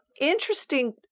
interesting